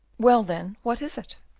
well, then, what is it?